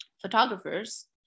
photographers